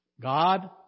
God